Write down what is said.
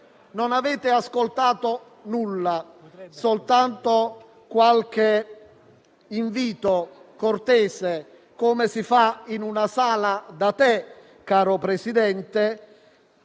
Non avete ascoltato nulla, soltanto qualche invito cortese, come si fa in una sala da tè, caro Presidente,